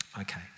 Okay